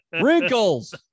Wrinkles